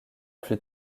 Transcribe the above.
plus